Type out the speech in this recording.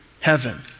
Heaven